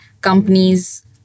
companies